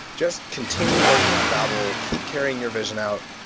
just continue working on babel. keep carrying your vision out.